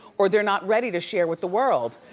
or they're not ready to share with the world.